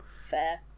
Fair